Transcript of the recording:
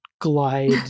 glide